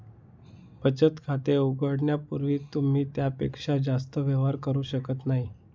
बचत खाते उघडण्यापूर्वी तुम्ही त्यापेक्षा जास्त व्यवहार करू शकत नाही